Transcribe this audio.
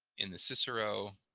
in the cicero